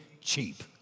cheap